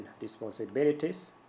responsibilities